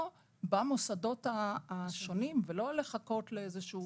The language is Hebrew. במוסדות השונים ולא לחכות לאיזה שהוא